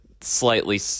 slightly